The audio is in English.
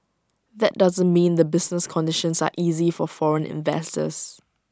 that doesn't mean the business conditions are easy for foreign investors